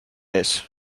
ees